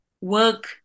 work